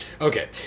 Okay